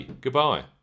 Goodbye